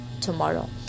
tomorrow